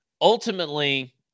ultimately